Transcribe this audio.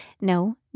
no